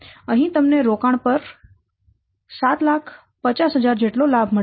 અહીં તમને રોકાણ પર 750000 જેટલો લાભ મળે છે